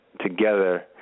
together –